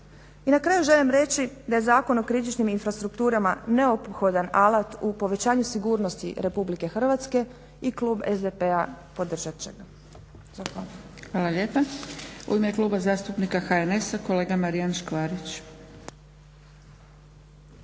I na kraju želim reći da je Zakon o kritičnim infrastrukturama neophodan alat u povećanju sigurnosti Republike Hrvatske i klub SDP-a podržat će ga. Zahvaljujem. **Zgrebec, Dragica (SDP)** Hvala lijepa. U ime Kluba zastupnika HNS-a kolega Marijan Škvarić.